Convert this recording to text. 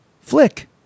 Flick